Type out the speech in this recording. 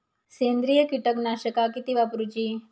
सेंद्रिय कीटकनाशका किती वापरूची?